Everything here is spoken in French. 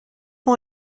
ont